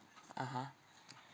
(uh huh)